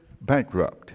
bankrupt